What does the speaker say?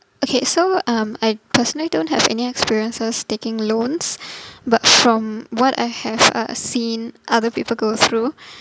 okay so um I personally don't have any experiences taking loans but from what I have uh seen other people go through